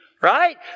Right